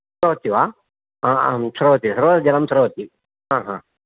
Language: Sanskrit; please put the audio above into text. स्रवति वा आम् आम् स्रवति सर्वदा जलं स्रवति आम् आम्